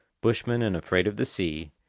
bushmen and afraid of the sea,